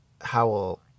Howell